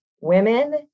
women